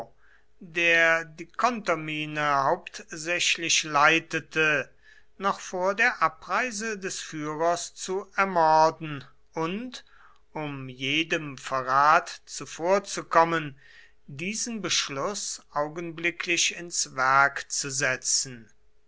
der die kontermine hauptsächlich leitete noch vor der abreise des führers zu ermorden und um jedem verrat zuvorzukommen diesen beschluß augenblicklich ins werk zu setzen